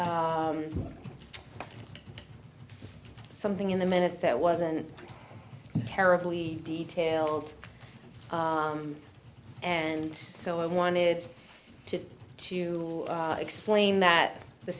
something in the minutes that wasn't terribly detailed and so i wanted to to explain that the